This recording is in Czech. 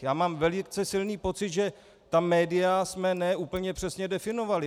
Já mám velice silný pocit, že ta média jsme ne úplně přesně definovali.